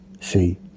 See